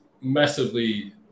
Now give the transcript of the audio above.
massively